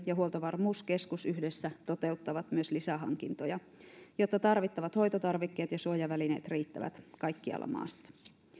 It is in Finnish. ja huoltovarmuuskeskus yhdessä toteuttavat myös lisähankintoja jotta tarvittavat hoitotarvikkeet ja suojavälineet riittävät kaikkialla maassa